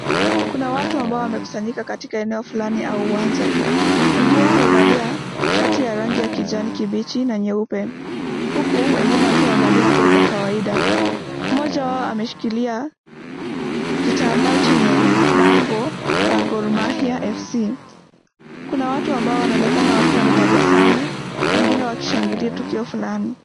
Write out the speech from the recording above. Kuna watu ambao wamekusanyika katika eneo fulani au uwanja, wengi wamevalia shatio ya rangi ya kijani kibichi na nyeupe, huku wengine wakiwa wamevalia nguo za kawaida, mmoja wao ameshikilia kitambaa chenye bango la Gor Mahia FC. Kuna watu ambao wanaonekana wakiwa na tabasamu wengine wakishangilia tukio fulani.